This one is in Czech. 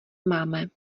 máme